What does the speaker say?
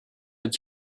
with